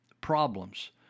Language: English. problems